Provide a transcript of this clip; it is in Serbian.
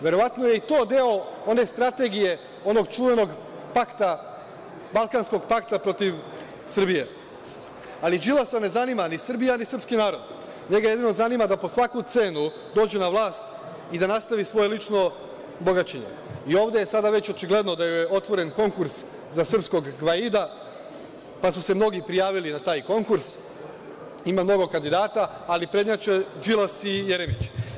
Verovatno je i to deo one strategije, onog čuvenog pakta, balkanskog pakta protiv Srbije, ali Đilasa ne zanima ni Srbija ni srpski narod, njega jedino zanima da po svaku cenu dođe na vlast i da nastavi svoje lično bogaćenje, ovde je sada već očigledno da je otvoren konkurs za srpskog Gvaida, pa su se mnogi prijavili na taj konkurs, ima mnogo kandidata, ali prednjače Đilas i Jeremić.